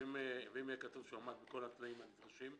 ואם יהיה כתוב שהוא עמד בכל התנאים הדרושים?